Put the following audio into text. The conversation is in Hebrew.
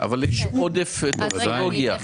אבל יש עודף טופסולוגיה.